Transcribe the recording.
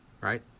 right